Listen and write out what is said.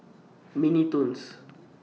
Mini Toons